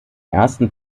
ersten